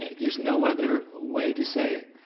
there's no other way to say it.